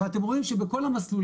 אבל אתם רואים שבכל המסלולים,